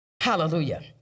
Hallelujah